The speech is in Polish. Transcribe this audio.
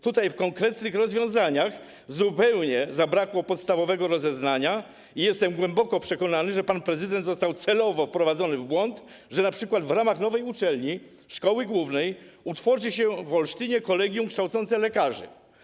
Tutaj w konkretnych rozwiązaniach zupełnie zabrakło podstawowego rozeznania i jestem głęboko przekonany, że pan prezydent został celowo wprowadzony w błąd w kwestii tego, że np. w ramach nowej uczelni, szkoły głównej, utworzy się w Olsztynie kolegium kształcące lekarzy.